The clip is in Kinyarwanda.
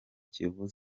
kiyovu